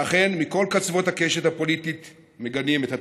ואכן, מכל קצוות הקשת הפוליטית מגנים את התופעה.